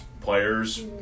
players